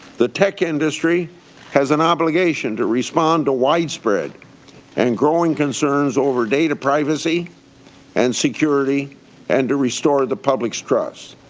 the tech industry has an obligation to respond to widespread and growing concerns over data privacy and security and to restore the public's trust.